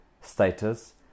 status